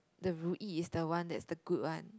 the Ru Yi is the one that's the good one